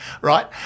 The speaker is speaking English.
Right